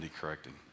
correcting